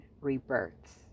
rebirths